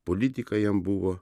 politika jam buvo